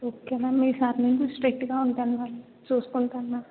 okay ma'am ఈ సారి నుంచి స్ట్రిక్ట్గా ఉంటాను మ్యామ్ చూసుకుంటాను మ్యామ్